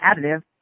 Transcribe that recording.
additive